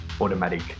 automatic